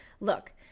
Look